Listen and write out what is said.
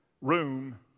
room